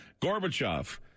Gorbachev